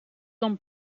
dan